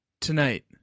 Tonight